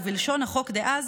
ובלשון החוק דאז: